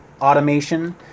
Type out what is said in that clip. automation